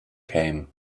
came